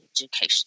education